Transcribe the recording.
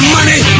Money